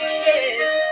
kiss